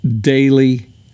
daily